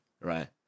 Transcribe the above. right